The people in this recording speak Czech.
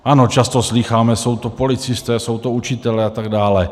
Ano, často slýcháme, jsou to policisté, jsou to učitelé a tak dále.